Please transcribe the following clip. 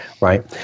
Right